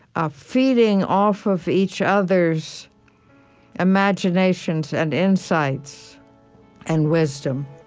ah feeding off of each other's imaginations and insights and wisdom